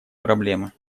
проблемы